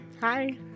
Hi